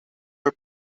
her